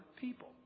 people